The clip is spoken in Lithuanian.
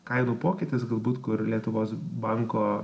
kainų pokytis galbūt kur lietuvos banko